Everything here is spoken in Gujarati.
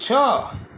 છ